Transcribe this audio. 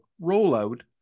rollout